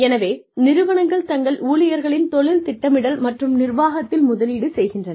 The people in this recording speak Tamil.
எனவே நிறுவனங்கள் தங்கள் ஊழியர்களின் தொழில் திட்டமிடல் மற்றும் நிர்வாகத்தில் முதலீடு செய்கின்றன